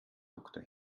doktor